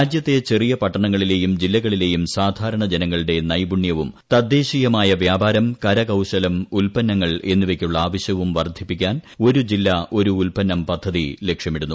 രാജൃത്തെ ചെറിയ പട്ടണങ്ങളിലെയും ജില്ലകളിലെയും സാധാരണ ജനങ്ങളുടെ നൈപുണ്യവും തദ്ദേശീയമായ വ്യാപാരം കരകൌശലം ഉൽപ്പന്നങ്ങൾ എന്നിവയ്ക്കുള്ള ആവശ്യവും വർദ്ധിപ്പിക്കാൻ ഒരു ജില്ല ഒരു ഉൽപ്പന്നം പദ്ധതി ലക്ഷ്യമിടുന്നു